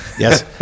Yes